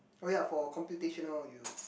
oh ya for computational you